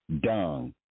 Dung